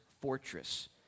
fortress